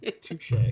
Touche